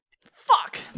Fuck